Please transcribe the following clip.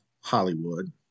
Hollywood